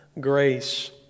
grace